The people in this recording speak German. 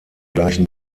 gleichen